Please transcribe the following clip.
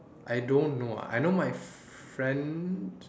I don't know I know my friend